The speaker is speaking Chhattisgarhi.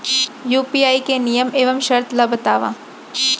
यू.पी.आई के नियम एवं शर्त ला बतावव